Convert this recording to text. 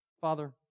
Father